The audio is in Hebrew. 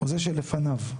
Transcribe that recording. זה שלפניו.